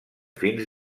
fins